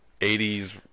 80s